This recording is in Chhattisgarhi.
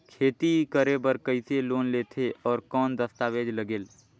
खेती करे बर कइसे लोन लेथे और कौन दस्तावेज लगेल?